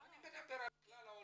אני מדבר על כלל העולים.